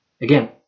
again